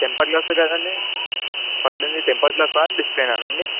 temper గ్లాసే కదండి పగిలింది టెంపర్ గ్లాసా డిస్ప్లేనా అండి